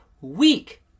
week